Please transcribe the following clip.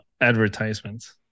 advertisements